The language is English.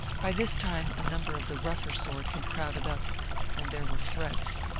by this time a number of the rougher sort had crowded up and there were threats.